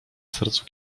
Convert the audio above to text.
sercu